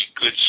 good